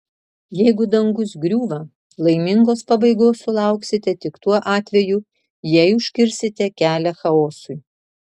jeigu dangus griūva laimingos pabaigos sulauksite tik tuo atveju jei užkirsite kelią chaosui